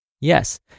Yes